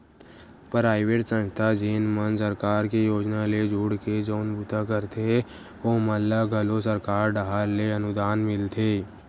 private संस्था जेन मन सरकार के योजना ले जुड़के जउन बूता करथे ओमन ल घलो सरकार डाहर ले अनुदान मिलथे